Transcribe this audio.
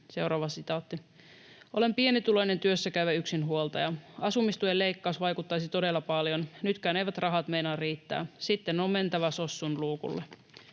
maksaa kaikki muu.” ”Olen pienituloinen työssäkäyvä yksinhuoltaja. Asumistuen leikkaus vaikuttaisi todella paljon — nytkään eivät rahat meinaa riittää. Sitten on mentävä sossun luukulle.”